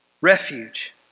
refuge